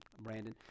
Brandon